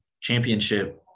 championship